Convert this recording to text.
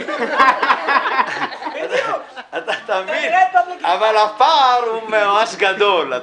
אבל הפער גדול מאוד.